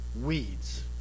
Weeds